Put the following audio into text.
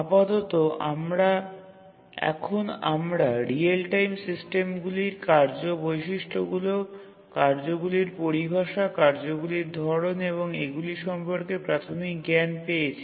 আপাতত এখন আমরা রিয়েল টাইম সিস্টেমগুলি কার্য বৈশিষ্ট্যগুলি কার্যগুলির পরিভাষা কার্যগুলির ধরণের এবং এগুলি সম্পর্কে প্রাথমিক জ্ঞান পেয়েছি